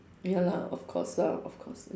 ya lah of course lah of course